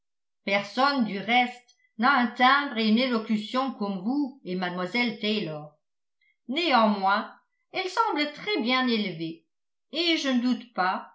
personne du reste n'a un timbre et une élocution comme vous et mlle taylor néanmoins elle semble très bien élevée et je ne doute pas